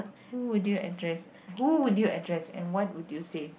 who would you address who would you address and what would you say